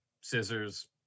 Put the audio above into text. scissors